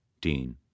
dean